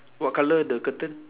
what colour the curtain